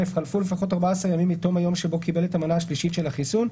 חלפו לפחות 14 ימים מתום היום שבו קיבל את המנה השלישית של החיסון,